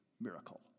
miracle